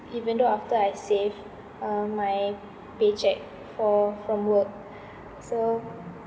even though after I save uh my paycheck for from work so